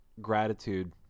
gratitude